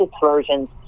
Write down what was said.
versions